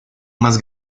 más